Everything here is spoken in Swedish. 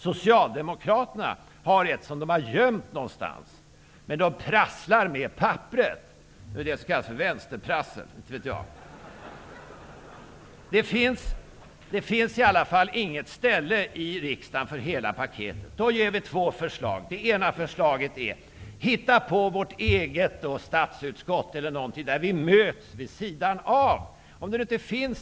Socialdemokraterna har ett paket, som de har gömt någonstans. Men de prasslar med papperet -- ett slags vänsterprassel; vad vet jag. Det finns i varje fall inget ställe i riksdagen där hela paket kan behandlas. Då har vi två förslag. Det ena är: Inrätta ett statsutskott, där vi kan mötas allihop.